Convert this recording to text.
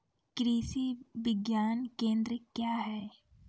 कृषि विज्ञान केंद्र क्या हैं?